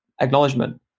acknowledgement